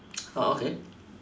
okay